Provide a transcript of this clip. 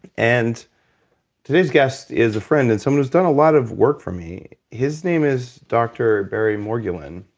and today's guest is a friend and someone who's done a lot of work for me. his name is doctor barry morguelan.